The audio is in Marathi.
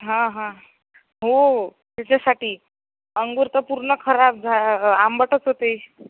हां हां हो त्याच्यासाठी अंगूर तर पूर्ण खराब झा आंबटच होते